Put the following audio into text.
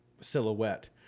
silhouette